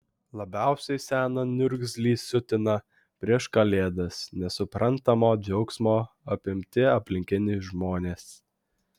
labiausiai seną niurzglį siutina prieš kalėdas nesuprantamo džiaugsmo apimti aplinkiniai žmonės